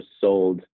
sold